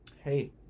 Hey